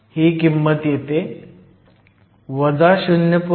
ही किंमत येते 0